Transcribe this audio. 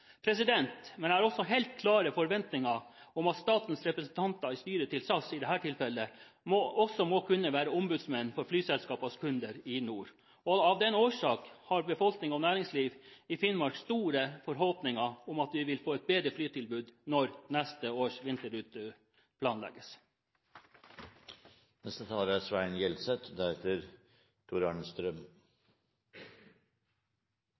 Men jeg har også helt klare forventninger om at statens representanter i styret til – i dette tilfellet – SAS også må kunne være ombudsmenn for flyselskapenes kunder i nord. Av den årsak har befolkning og næringsliv i Finnmark store forhåpninger om at man vil få et bedre flytilbud når neste års vinterrute planlegges. Den maritime næringa er